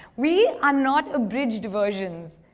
we are not abridged versions.